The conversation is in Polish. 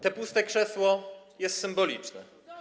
To puste krzesło jest symboliczne.